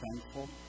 thankful